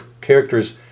characters